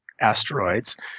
asteroids